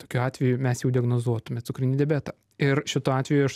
tokiu atveju mes jau diagnozuotume cukrinį diabetą ir šituo atveju aš